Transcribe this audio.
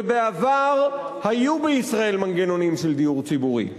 ובעבר היו בישראל מנגנונים של דיור ציבורי,